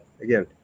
again